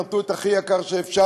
נתנו את הכי יקר שאפשר,